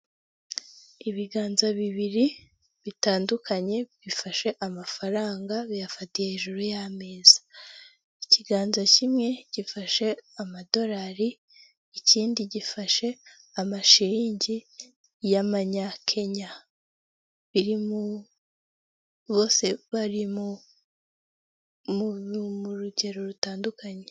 Ibiganza bibiri bitandukanye bifashe amafaranga biyafatiye hejuru y'ameza ikiganza kimwe gifashe amadorari ikindi gifashe amashiringi y'amanya Kenya bose bari mu rugero rutandukanye.